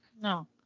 No